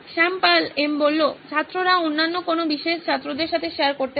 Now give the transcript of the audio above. শ্যাম পাল এম ছাত্ররা অন্যান্য কোনো বিশেষ ছাত্রদের সাথে শেয়ার করতে পারে